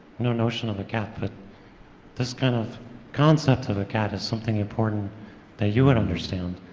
no notion of a cat, but this kind of concept of a cat is something important that you would understand,